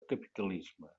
capitalisme